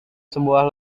sebuah